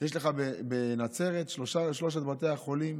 יש לך בנצרת את שלושת בתי החולים